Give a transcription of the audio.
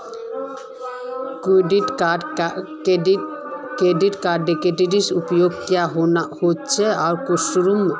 Credit कार्डेर उपयोग क्याँ होचे आर कुंसम?